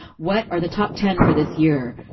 what are the top ten for this year?